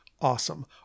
Awesome